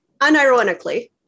Unironically